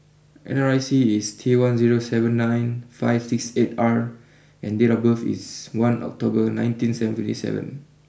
N R I C is T one zero seven nine five six eight R and date of birth is one October nineteen seventy seven